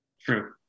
True